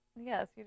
Yes